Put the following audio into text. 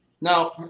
Now